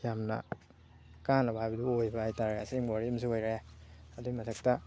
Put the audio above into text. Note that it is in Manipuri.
ꯌꯥꯝꯅ ꯀꯥꯟꯅꯕ ꯍꯥꯏꯕꯗꯨ ꯑꯣꯏꯕ ꯍꯥꯏꯇꯥꯔꯦ ꯑꯁꯦꯡꯕ ꯋꯥꯔꯤ ꯑꯃꯁꯨ ꯑꯣꯏꯔꯦ ꯑꯗꯨꯒꯤ ꯃꯊꯛꯇ